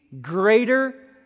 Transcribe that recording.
greater